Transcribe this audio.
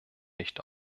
nicht